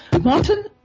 Martin